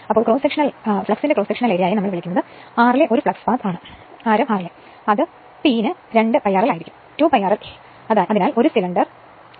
അതിനാൽ flux cross sectional ഏരിയയെ നമ്മൾ വിളിക്കുന്നത് ആരം r ലെ ഒരു ഫ്ലക്സ് പാത ആണ് അത് P ന് 2 π rl ആയിരിക്കും അതിനാൽ ഇത് സിലിണ്ടർ ആണെന്ന് അനുമാനിക്കുന്നു